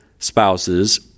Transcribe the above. spouses